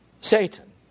Satan